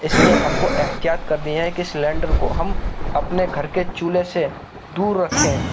اس لیے ہم کو احتیاط کرنی ہے کہ سلینڈر کو ہم اپنے گھر کے چولہے سے دور رکھیں